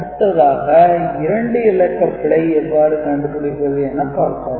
அடுத்ததாக 2 இலக்க பிழை எவ்வாறு கண்டுபிடிப்பது என பார்ப்போம்